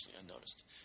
unnoticed